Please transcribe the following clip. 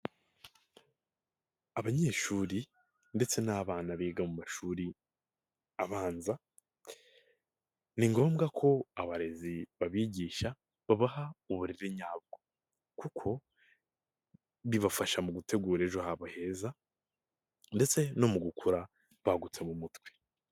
Abanyeshuri ndetse n'abana biga mu mashuri abanza ni ngombwa ko abarezi babigisha babaha uburere nyabwo kuko bibafasha mu gutegura ejo habo heza ndetse no mu gukura bagutse mu mutwe.